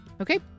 Okay